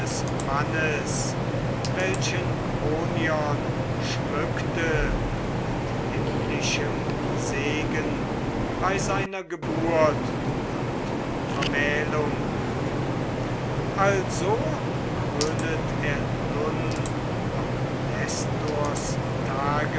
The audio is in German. mannes welchen kronion schmückte mit himmlischem segen bei seiner geburt und vermählung also krönet er nun auch